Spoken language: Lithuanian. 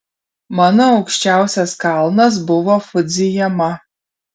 mano aukščiausias kalnas buvo fudzijama